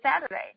Saturday